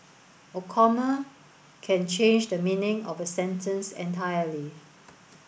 a comma can change the meaning of a sentence entirely